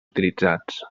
utilitzats